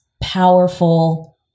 powerful